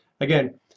again